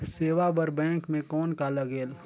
सेवा बर बैंक मे कौन का लगेल?